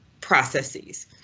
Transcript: processes